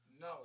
No